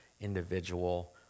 individual